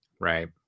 right